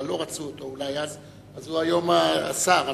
אבל אולי אז לא רצו אותו, אז הוא היום השר הממונה.